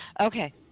Okay